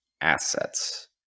assets